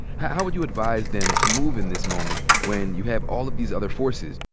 how would you advise them to move in this moment when you have all of these other forces?